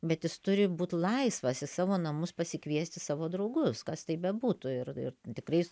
bet jis turi būt laisvas į savo namus pasikviesti savo draugus kas tai bebūtų ir ir tikrai